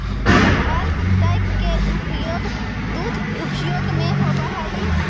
bulk tank के उपयोग दुग्ध उद्योग में होवऽ हई